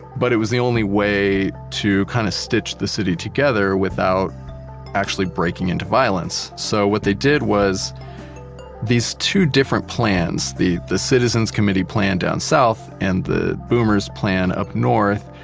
but it was the only way to kind of stitch the city together without actually breaking into violence. so, what they did was these two different plans, the the citizens committee plan down south, and the boomers plan up north.